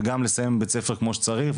וגם לסיים בית ספר כמו שצריך.